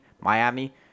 Miami